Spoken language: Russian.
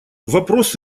вопрос